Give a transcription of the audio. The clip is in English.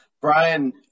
Brian